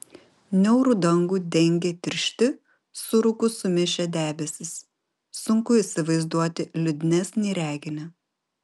niaurų dangų dengė tiršti su rūku sumišę debesys sunku įsivaizduoti liūdnesnį reginį